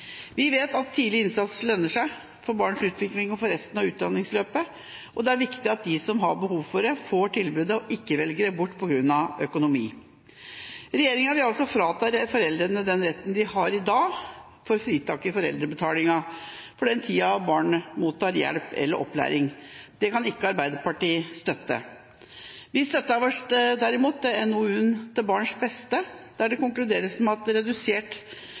Vi vet at tidlig innsats lønner seg for barns utvikling og for resten av utdanningsløpet, og det er viktig at de som har behov for det, får tilbudet og ikke velger det bort på grunn av økonomi. Regjeringa vil altså frata foreldrene den retten de har i dag til fritak for foreldrebetalingen for den tida barnet mottar hjelp eller opplæring. Det kan ikke Arbeiderpartiet støtte. Vi støtter oss derimot til NOU-en «Til barnas beste», der det konkluderes med at redusert